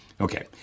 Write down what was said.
Okay